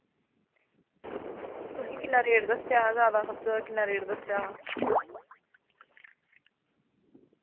तुसी किन्ना रेट दस्सेआ हा ज्यादा सब तों ज्यादा किन्ना रेट दस्सेआ हा